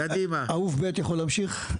אהוב ב' יכול להמשיך?